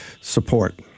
support